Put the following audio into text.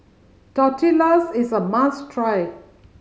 tortillas is a must try